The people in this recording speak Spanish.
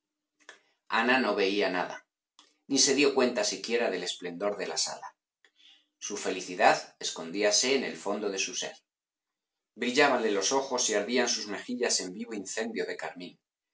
no veía nada ni se dió cuenta siquiera del esplendor de la sala su felicidad escondíase en el fondo de su sér brillábanle los ojos y ardian sus mejillas en vivo incendio de carmín